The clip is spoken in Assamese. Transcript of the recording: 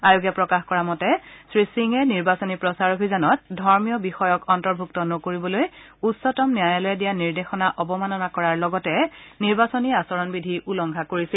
আয়োগে প্ৰকাশ কৰা মতে শ্ৰীসিঙে নিৰ্বাচনী প্ৰচাৰ অভিযানত ধৰ্মীয় বিষয়ক অন্তৰ্ভূক্ত নকৰিবলৈ উচ্চতম ন্যায়ালয়ে দিয়া নিৰ্দেশনা অবমাননা কৰাৰ লগতে নিৰ্বাচনী আচৰণবিধি উলংঘা কৰিছিল